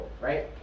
right